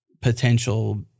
potential